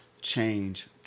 change